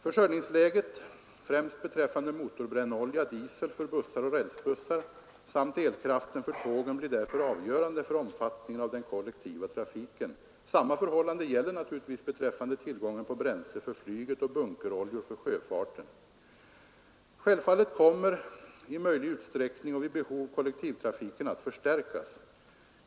Försörjningsläget främst beträffande motorbrännolja för bussar och rälsbussar samt elkraften för tågen blir därför avgörande för omfattningen av den kollektiva trafiken. Samma förhållande gäller naturligtvis beträffande tillgången på bränsle för flyget och bunkeroljor för sjöfarten. Självfallet kommer i möjlig utsträckning och vid behov kollektivtrafiken att förstärkas.